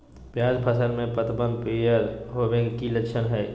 प्याज फसल में पतबन पियर होवे के की लक्षण हय?